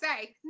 say